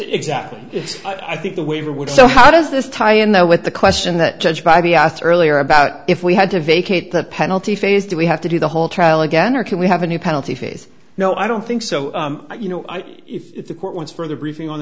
exactly yes i think the waiver would so how does this tie in though with the question that judge by the asked earlier about if we had to vacate the penalty phase do we have to do the whole trial again or can we have a new penalty phase no i don't think so you know if the court wants further briefing on